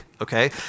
okay